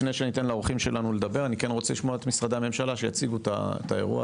לפני שנשמע את אורחינו אשמח לשמוע את משרדי הממשלה שיציגו את האירוע.